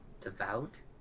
devout